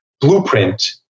blueprint